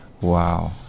Wow